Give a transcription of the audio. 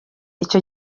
icyo